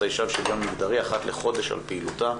האישה ושוויון מגדרי אחת לחודש על פעילותה.